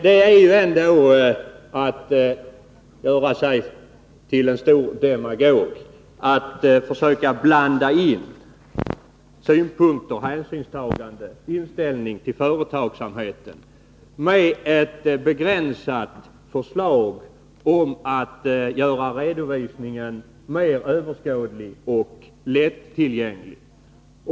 Det är ändå att göra sig till en stor demagog att försöka blanda in inställningen till företagsamheten i detta begränsade förslag om att göra redovisningen mer överskådlig och lättillgänglig.